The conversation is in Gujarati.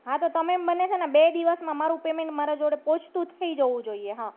હા તો તમે મને છેને બે દિવસમાં મારું પેમેન્ટ મારા જોડે પહોંચતું જ થઈ જવું જોઈએ હા